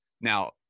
Now